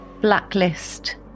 blacklist